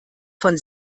von